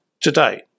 today